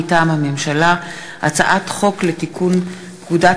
מטעם הממשלה: הצעת חוק לתיקון פקודת